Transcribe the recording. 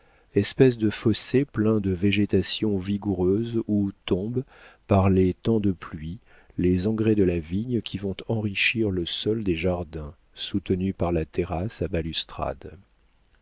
espèce de fossé plein de végétations vigoureuses où tombent par les temps de pluie les engrais de la vigne qui vont enrichir le sol des jardins soutenus par la terrasse à balustrade